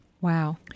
Wow